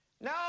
No